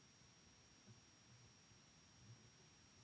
Tak